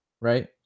Right